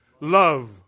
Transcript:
Love